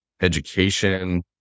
education